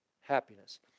happiness